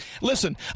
Listen